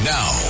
Now